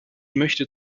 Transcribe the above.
möchte